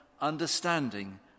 understanding